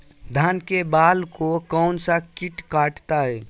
धान के बाल को कौन सा किट काटता है?